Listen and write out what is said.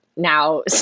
now